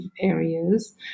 areas